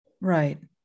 right